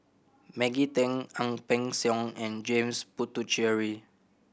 Maggie Teng Ang Peng Siong and James Puthucheary